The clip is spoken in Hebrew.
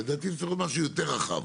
לדעתי זה צריך להיות משהו יותר רחב,